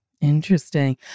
Interesting